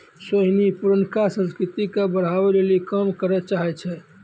सोहिनी पुरानका संस्कृति के बढ़ाबै लेली काम करै चाहै छै